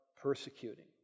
persecuting